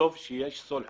וטוב שיש סולחה.